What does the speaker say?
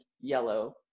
yellow